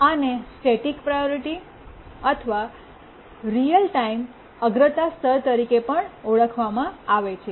આને static priority અથવા real time અગ્રતા સ્તર તરીકે પણ ઓળખવામાં આવે છે